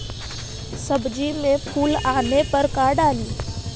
सब्जी मे फूल आने पर का डाली?